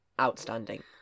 outstanding